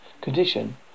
condition